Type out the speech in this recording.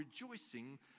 rejoicing